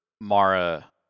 mara